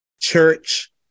church